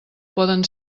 poden